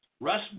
Russ